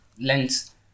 Lens